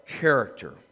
character